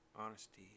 honesty